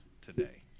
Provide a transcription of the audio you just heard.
today